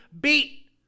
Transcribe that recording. beat